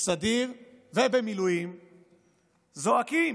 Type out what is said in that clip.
סדיר ובמילואים זועקים